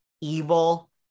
evil